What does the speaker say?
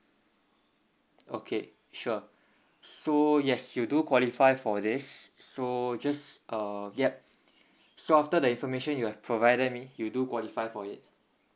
okay sure so yes you do qualify for this so just uh yup so after the information you have provided me you do qualify for it